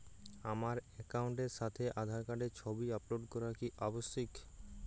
আমার অ্যাকাউন্টের সাথে আধার কার্ডের ছবি আপলোড করা কি আবশ্যিক?